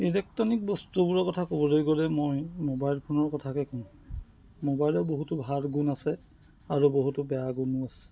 electronic বস্তুবোৰৰ কথা ক'বলৈ গ'লে মই মোবাইল ফোনৰ কথাকে কওঁ মোবাইলৰ বহুতো ভাল গুণ আছে আৰু বহুতো বেয়া গুণো আছে